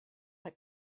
had